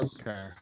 Okay